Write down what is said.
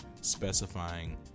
specifying